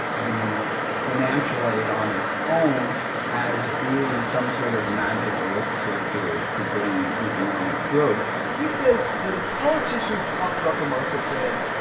the financial aid on its own as being some sort of magic elixir to to bring economic growth he says when politicians talk about the marshall plan,